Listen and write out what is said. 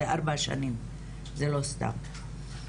זה ארבע שנים זה לא סתם.